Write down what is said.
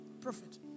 prophet